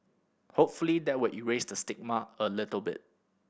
hopefully that will erase the stigma a little bit